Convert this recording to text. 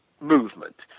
movement